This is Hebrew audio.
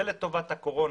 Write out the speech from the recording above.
אבל,